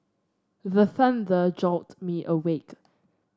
the thunder jolt me awake